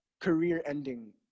career-ending